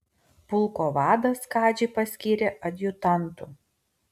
pulko vadas kadžį paskyrė adjutantu